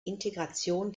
integration